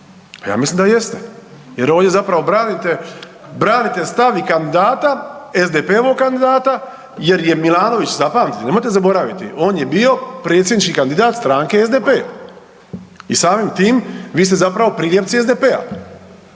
ja mislim da jeste jer ovdje zapravo branite stav i kandidata SDP-ovog kandidata jer je Milanović zapamtite, nemojte zaboraviti on je bio predsjednički kandidat stranke SDP i samim tim vi ste zapravo priljepci SDP-a,